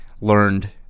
learned